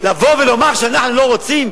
לבוא ולומר שאנחנו לא רוצים,